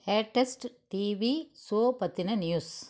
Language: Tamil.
லேட்டஸ்ட் டிவி ஷோ பற்றின நியூஸ்